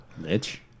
Lich